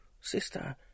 Sister